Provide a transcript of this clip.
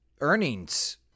earnings